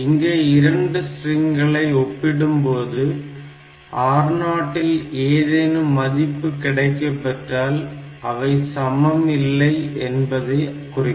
இங்கே 2 ஸ்ட்ரிங்களை ஒப்பிடப்படும் போது R0 இல் ஏதேனும் மதிப்பு கிடைக்கப்பெற்றால் அவை சமம் இல்லை என்பதை குறிக்கும்